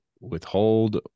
withhold